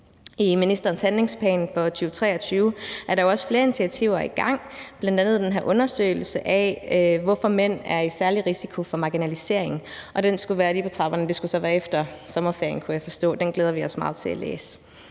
I ministerens handlingsplan for 2023 er der jo også flere initiativer i gang, bl.a. den her undersøgelse af, hvorfor mænd er i særlig risiko for marginalisering, og den skulle være lige på trapperne; det skulle så være efter sommerferien, kunne jeg forstå. Den glæder vi os meget til at læse.